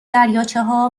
دریاچهها